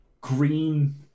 green